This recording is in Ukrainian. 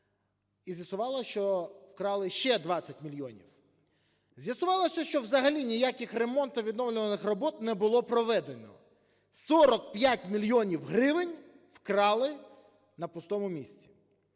і з'ясувала, що вкрали ще 25 мільйонів. З'ясувалося, що взагалі ніяких ремонтів, відновлювальних робіт не було проведено. 45 мільйонів гривень вкрали на пустому місці.